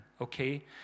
okay